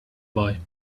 boy